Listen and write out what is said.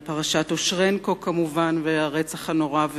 על פרשת אושרנקו, כמובן, פענוח הרצח הנורא,